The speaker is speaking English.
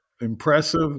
impressive